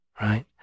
right